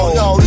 no